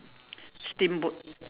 steamboat